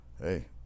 Hey